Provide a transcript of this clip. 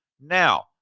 Now